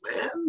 man